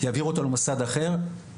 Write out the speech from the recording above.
יעבירו אותו למוסד אחר,